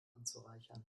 anzureichern